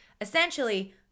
Essentially